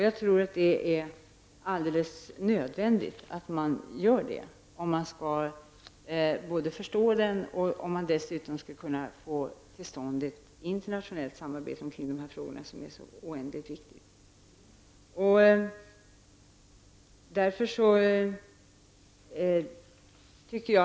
Jag tror att det är helt nödvändigt att man gör det om man skall förstå och om man dessutom skall kunna få till stånd ett internationellt samarbete kring dessa frågor som är så oändligt viktiga.